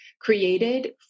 created